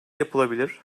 yapılabilir